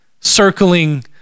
circling